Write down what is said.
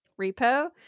repo